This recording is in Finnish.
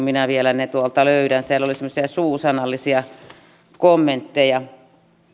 minä vielä ne tuolta löydän täällä oli semmoisia suusanallisia kommentteja